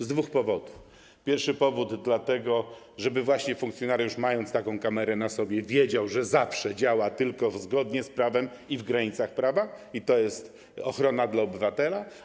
Z dwóch powodów - pierwszy jest taki, żeby funkcjonariusz, mając taką kamerę na sobie, wiedział, że zawsze działa tylko zgodnie z prawem i w granicach prawa i że to jest ochrona dla obywatela.